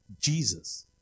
Jesus